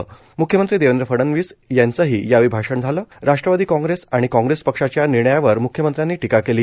म्ख्यमंत्री देवेंद्र फडणवीस यांचंही यावेळी भाषण झालं राष्ट्रवादी काँग्रेस आणि काँग्रेस पक्षाच्या निर्णयावर म्ख्यमंत्र्यांनी टीका केली